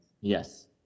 Yes